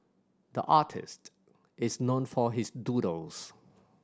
the artist is known for his doodles